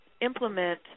implement